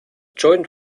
joint